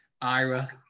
Ira